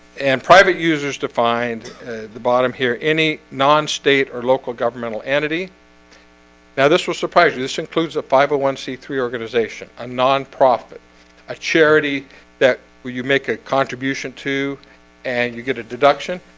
and private users to find the bottom here any non state or local governmental entity now this will surprise you this includes a five zero one c three organization a non-profit a charity that will you make a contribution to and you get a deduction?